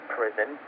prison